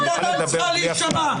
ודעתם צריכה להישמע.